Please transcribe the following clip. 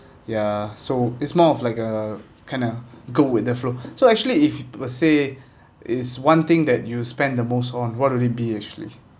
ya so it's more of like a kind of go with the flow so actually if per se is one thing that you spend the most on what would it be actually